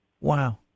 Wow